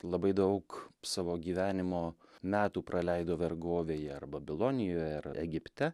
labai daug savo gyvenimo metų praleido vergovėje ar babilonijoje ar egipte